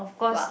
what